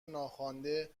ناخوانده